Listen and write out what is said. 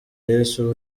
yesu